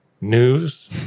News